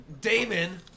Damon